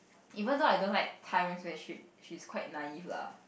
even though I don't like tights relationship she is quite nice if lah